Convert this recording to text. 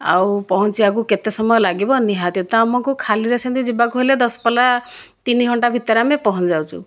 ଆଉ ପହଞ୍ଚିବାକୁ କେତେ ସମୟ ଲାଗିବ ନିହାତି ତ ଆମକୁ ଖାଲିରେ ସେମିତି ଯିବାକୁ ହେଲେ ଦଶପଲ୍ଲା ତିନିଘଣ୍ଟା ଭିତରେ ଆମେ ପହଞ୍ଚି ଯାଉଛୁ